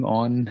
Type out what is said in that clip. on